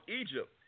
Egypt